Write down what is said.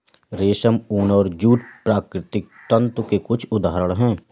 रेशम, ऊन और जूट प्राकृतिक तंतु के कुछ उदहारण हैं